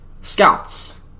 scouts